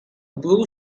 blue